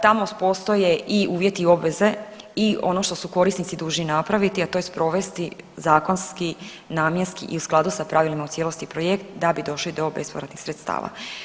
Tamo postoje i uvjeti i obveze i ono što su korisnici dužni napraviti, a to je sprovesti zakonski, namjenski i u skladu sa pravilima u cijelosti projekt da bi došli do bespovratnih sredstava.